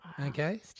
Okay